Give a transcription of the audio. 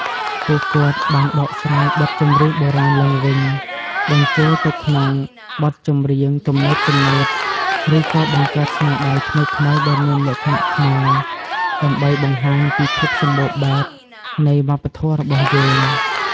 ពួកគាត់បានបកស្រាយបទចម្រៀងបុរាណឡើងវិញ បញ្ចូលទៅក្នុងបទចម្រៀងទំនើបៗ ឬក៏បង្កើតស្នាដៃថ្មីៗដែលមានលក្ខណៈខ្មែរ ដើម្បីបង្ហាញពីភាពសម្បូរបែបនៃវប្បធម៌របស់យើង។